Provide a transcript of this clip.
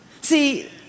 See